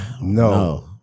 No